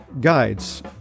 guides